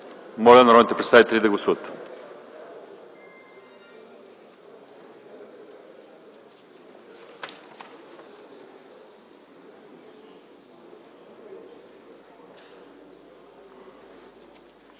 Моля народните представители да гласуват.